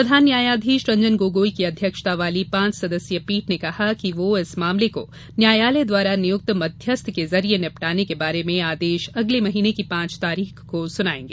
प्रधान न्यायाधीश रंजन गोगोई की अध्यक्षता वाली पांच सदस्यीय पीठ ने कहा कि वह इस मामले को न्यायालय द्वारा नियुक्त मध्यस्थ के जरिये निपटाने के बारे में आदेश अगले महीने की पांच तारीख को सुनायेगी